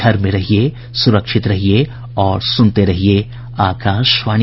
घर में रहिये सुरक्षित रहिये और सुनते रहिये आकाशवाणी